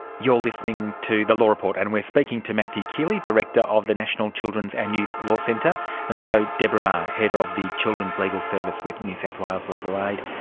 you're listening to the law report and we're speaking to matthew keeley, director of the national children's and youth law centre and also deborah maher, ah head of the children's legal service with new south wales legal aid.